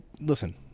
listen